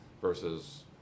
versus